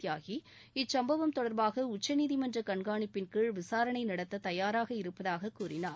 தியாகி இச்சுப்பவம் தொடர்பாக உச்சநீதிமன்ற கண்காணிப்பின்கீழ் விசாரணை நடத்த தயாராக இருப்பதாகக் கூறினார்